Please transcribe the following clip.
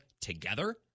together